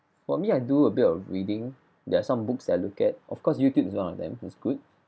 for me I do a bit of reading there are some books that I look at of course YouTube is one of them is good